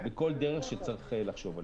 בכל דרך שצריך לחשוב עליה.